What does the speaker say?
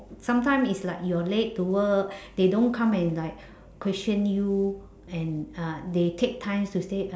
sometimes it's like you are late to work they don't come and like question you and uh they take time to say uh